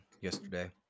yesterday